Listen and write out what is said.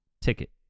ticket